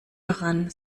daran